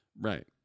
Right